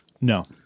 No